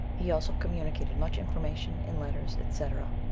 he also communicated much information in letters, etc.